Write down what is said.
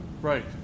Right